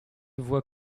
voit